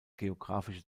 geographische